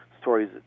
stories